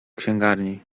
księgarni